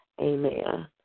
Amen